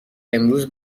امروز